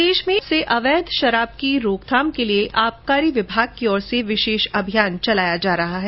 प्रदेश में आज से अवैध शराब की रोकथाम के लिए आबकारी विभाग की ओर से विशेष अभियान चलाया रहा है